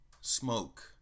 smoke